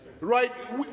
right